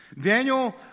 Daniel